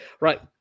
right